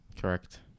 Correct